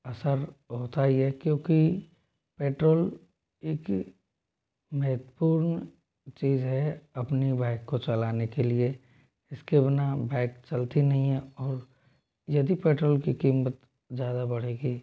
असर होता ही है क्योंकि पेट्रोल एक महत्वपूर्ण चीज है अपनी बाइक को चलाने के लिए इसके बिना बाइक चलती नहीं है और यदि पेट्रोल की कीमत ज़्यादा बढ़ेगी